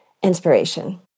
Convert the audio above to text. inspiration